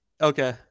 Okay